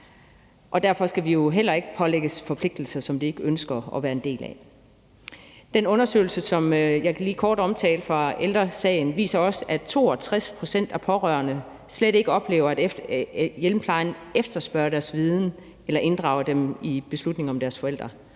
derfor skal de jo heller ikke pålægges forpligtelser, som de ikke ønsker at være en del af. Den undersøgelse, som jeg lige kort omtalte fra Ældre Sagen, viser også, at 62 pct. af de pårørende slet ikke oplever, at hjemmeplejen efterspørger deres viden eller inddrager dem i beslutninger om deres forældre.